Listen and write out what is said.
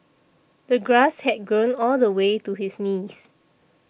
the grass had grown all the way to his knees